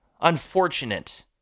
unfortunate